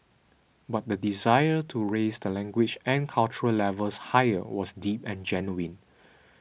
but the desire to raise the language and cultural levels higher was deep and genuine